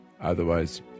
Otherwise